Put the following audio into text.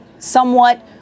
somewhat